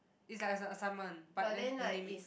it's like a assignment but then he name it